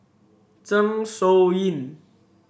Zeng Shouyin